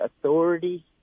authority